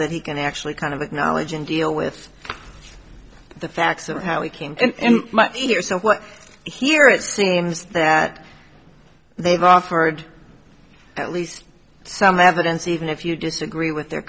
that he can actually kind of acknowledge and deal with the facts of how he came here so what here it seems that they've offered at least some evidence even if you disagree with their